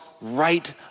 right